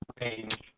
Range